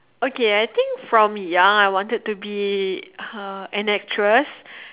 okay I think from young I wanted to be uh an actress